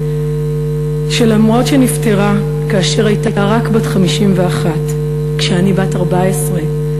שאף שנפטרה כאשר הייתה רק בת 51, כשאני בת 14,